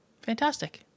Fantastic